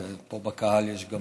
ופה בקהל יש גם